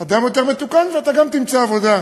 אדם יותר מתוקן, ואתה גם תמצא עבודה.